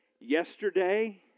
Yesterday